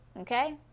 Okay